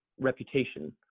reputation